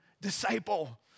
disciple